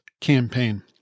campaign